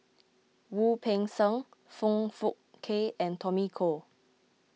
Wu Peng Seng Foong Fook Kay and Tommy Koh